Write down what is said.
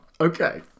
Okay